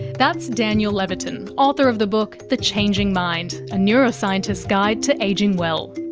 that's daniel levitin, author of the book, the changing mind a neuroscientist's guide to ageing well.